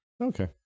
Okay